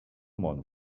món